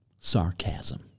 sarcasm